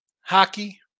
Hockey